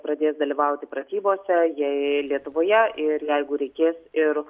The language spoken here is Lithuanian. pradės dalyvauti pratybose jėi lietuvoje ir jeigu reikės ir